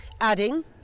adding